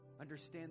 Understand